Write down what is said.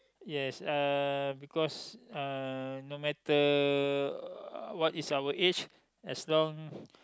yes uh because uh no matter what is our age as long